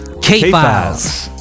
K-Files